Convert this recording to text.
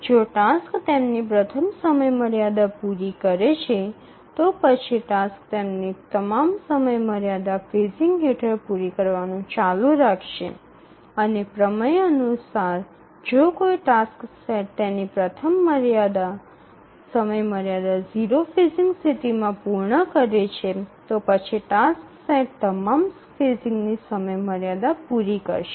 જો ટાસક્સ તેમની પ્રથમ સમયમર્યાદા પૂરી કરે છે તો પછી ટાસક્સ તેમની તમામ સમયમર્યાદા ફેઝિંગ હેઠળ પૂરી કરવાનું ચાલુ રાખશે અને પ્રમેય અનુસાર જો કોઈ ટાસ્ક સેટ તેની પ્રથમ સમયમર્યાદા 0 ફેઝિંગ સ્થિતિમાં પૂર્ણ કરે છે તો પછી ટાસક્સ સેટ તમામ ફેઝિંગની સમયમર્યાદા પૂરી કરશે